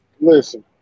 Listen